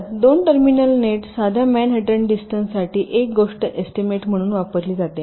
तर 2 terminal net साध्या Manhattan distance साठी एक गोष्ट एस्टीमेट म्हणून वापरली जाते